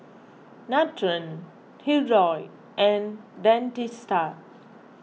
Nutren Hirudoid and Dentiste